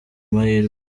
amahirwe